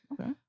okay